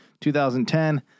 2010